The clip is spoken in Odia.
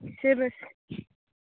ସେ ବସ